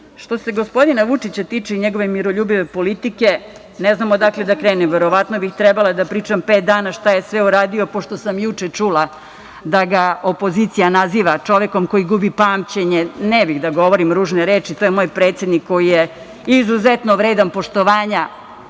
se gospodina Vučića tiče i njegove miroljubive politike, ne znam odakle da krenem. Verovatno bih trebala da pričam pet dana šta je sve uradio, pošto sam juče čula da ga opozicija naziva čovekom koji gubi pamćenje. Ne bih da govorim ružne reči, to je moj predsednik koji je izuzetno vredan poštovanja